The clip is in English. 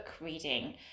reading